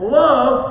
love